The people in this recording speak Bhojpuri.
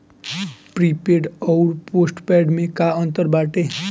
प्रीपेड अउर पोस्टपैड में का अंतर बाटे?